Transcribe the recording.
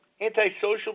antisocial